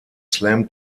slam